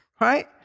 Right